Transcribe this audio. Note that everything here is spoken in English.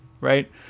Right